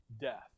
death